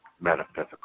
metaphysical